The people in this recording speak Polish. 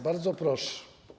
Bardzo proszę.